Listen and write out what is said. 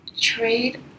trade